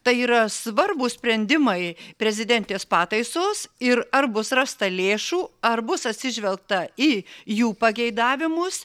tai yra svarbūs sprendimai prezidentės pataisos ir ar bus rasta lėšų ar bus atsižvelgta į jų pageidavimus